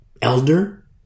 Elder